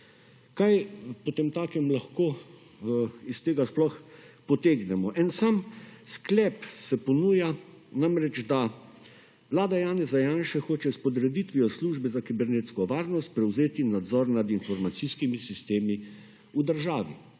Kaj potemtakem lahko iz tega sploh potegnemo? En sam sklep se ponuja – namreč, da Vlada Janeza Janše hoče s podreditvijo Službe za kibernetsko varnost prevzeti nadzor nad informacijskimi sistemi v državi.